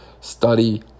study